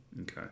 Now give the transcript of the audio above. Okay